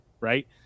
right